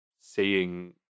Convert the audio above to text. seeing